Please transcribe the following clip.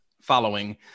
following